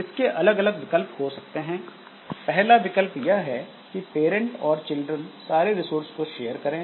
इसके अलग अलग विकल्प हो सकते हैं पहला विकल्प यह है कि पैरंट और चिल्ड्रन सारे रिसोर्स को शेयर करें